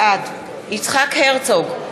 בעד יצחק הרצוג,